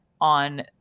on